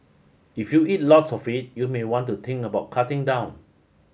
if you eat lots of it you may want to think about cutting down